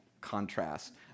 contrast